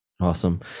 Awesome